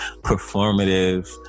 performative